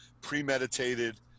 premeditated